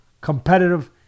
competitive